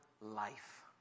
life